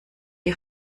die